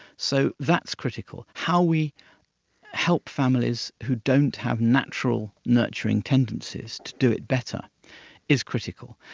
so that's critical. how we help families who don't have natural nurturing tendencies to do it better is critical.